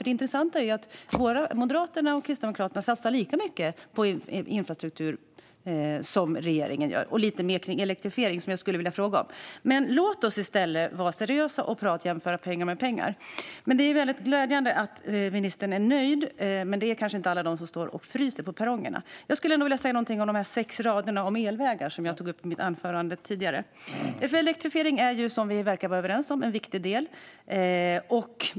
Det intressanta är att Moderaterna och Kristdemokraterna satsar lika mycket på infrastruktur som regeringen och lite mer på elektrifiering, vilket jag skulle vilja fråga om. Låt oss vara seriösa och jämföra pengar med pengar. Det är väldigt glädjande att ministern är nöjd, men det är kanske inte alla de som står och fryser på perrongerna. Jag skulle också vilja säga något om de sex raderna om elvägar som jag nämnde i mitt anförande. Elektrifiering är en viktig del, vilket vi verkar vara överens om.